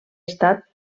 estat